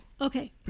okay